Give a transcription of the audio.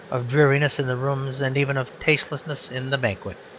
of dreariness in the rooms and even of tastelessness in the banquet.